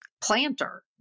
planter